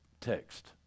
text